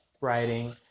writing